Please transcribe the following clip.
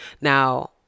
now